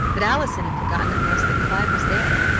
but allison had forgotten almost that clive was there.